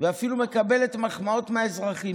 ואפילו מקבלת מחמאות מהאזרחים.